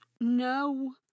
no